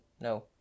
no